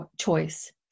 choice